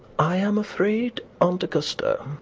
i am afraid, aunt augusta,